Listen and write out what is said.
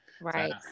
right